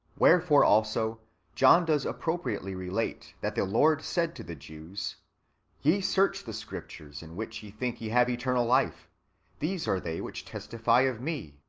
wherefore also john does appropriately relate that the lord said to the jews ye search the scriptures, in which ye think ye have eternal life these are they which testify of me.